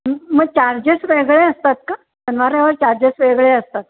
मग चार्जेस वेगळे असतात का शनिवार रविवार चार्जेस वेगळे असतात